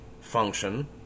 function